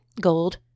Gold